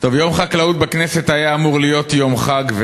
יום חקלאות בכנסת היה אמור להיות יום חג,